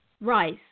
rice